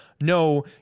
no